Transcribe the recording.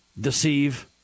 deceive